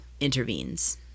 intervenes